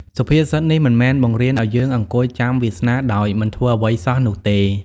សុភាសិតនេះមិនមែនបង្រៀនឱ្យយើងអង្គុយចាំវាសនាដោយមិនធ្វើអ្វីសោះនោះទេ។